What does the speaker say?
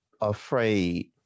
afraid